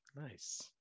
nice